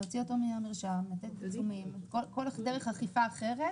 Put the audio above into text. להוציא אותו מהמרשם וכל דרך אכיפה אחרת